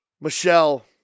Michelle